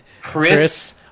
Chris